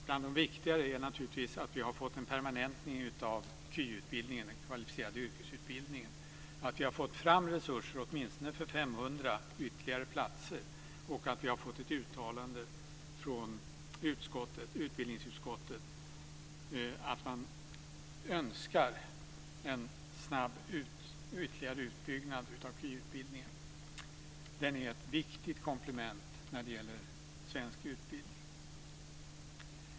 Bland de viktigare är naturligtvis att vi har fått en permanentning av KY, den kvalificerade yrkesutbildningen, att vi har fått fram resurser för åtminstone 500 ytterligare platser och att vi har fått ett uttalande från utbildningsutskottet att man önskar en snabb ytterligare utbyggnad av KY. Den är ett viktigt komplement när det gäller svensk utbildning.